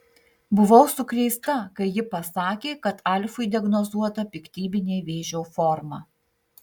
buvau sukrėsta kai ji pasakė kad alfui diagnozuota piktybinė vėžio forma